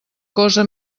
cosa